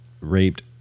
raped